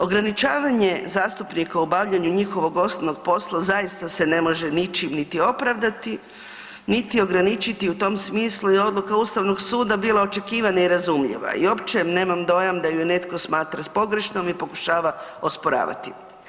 Ograničavanje zastupnika u obavljanju njihovog osnovnog posla zaista se ne može ničim niti opravdati niti ograničiti i u tom smislu je odluka Ustavnog suda bila očekivana i razumljiva i opće nemam dojam da ju netko smatra pogrešnom i pokušava osporavati.